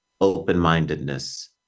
open-mindedness